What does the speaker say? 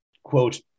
Quote